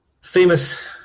famous